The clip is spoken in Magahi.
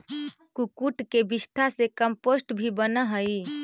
कुक्कुट के विष्ठा से कम्पोस्ट भी बनअ हई